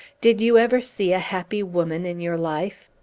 did you ever see a happy woman in your life?